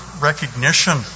recognition